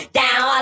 down